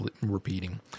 repeating